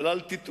אבל אל תטעו,